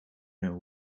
know